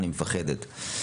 אני מפחדת".